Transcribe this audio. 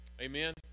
Amen